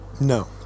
No